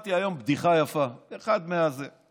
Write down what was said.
שמעתי היום בדיחה יפה, חביבה.